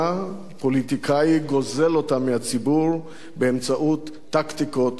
פוליטיקאי גוזל אותה מהציבור באמצעות טקטיקות של הפחדה.